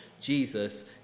Jesus